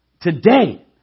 Today